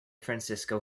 francisco